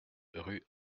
rue